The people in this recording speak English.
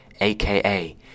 AKA